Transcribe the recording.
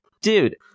Dude